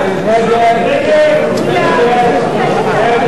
על הסתייגות 4 אנחנו מצביעים